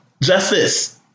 justice